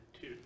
two